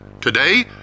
Today